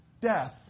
death